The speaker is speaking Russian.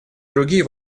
другие